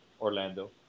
Orlando